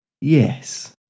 Yes